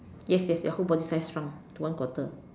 yes yes your whole body size shrunk to one quarter